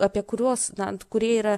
apie kuriuos na kurie yra